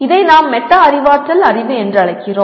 இதை நாம் மெட்டா அறிவாற்றல் அறிவு என்று அழைக்கிறோம்